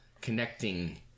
connecting